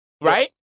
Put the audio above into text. Right